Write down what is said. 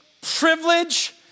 privilege